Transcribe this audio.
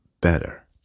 better